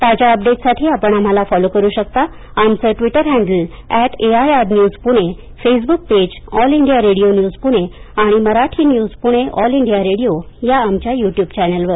ताज्या अपडेट्ससाठी आपण आम्हाला फॉलो करु शकता आमचं Twitter handle at AIR news Pune Facebook page all India radio news Pune आणि Marathi news Pune all India radio या आमच्या युट्युब चॅनलवर